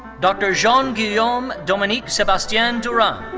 dr. jean-guillame um domininque sebastien durand.